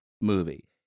movie